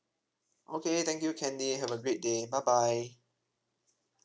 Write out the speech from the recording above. okay thank you candy have a great day bye bye